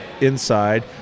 Inside